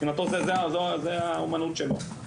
מבחינתו זאת האומנות שלו,